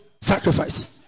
sacrifice